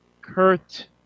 Kurt